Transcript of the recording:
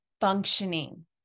functioning